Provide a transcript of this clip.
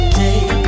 take